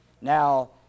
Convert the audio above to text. Now